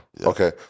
Okay